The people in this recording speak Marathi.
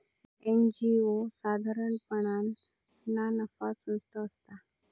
एन.जी.ओ साधारणपणान ना नफा संस्था असता